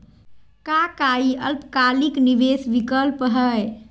का काई अल्पकालिक निवेस विकल्प हई?